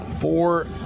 four